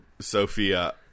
Sophia